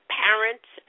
parents